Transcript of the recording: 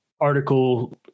article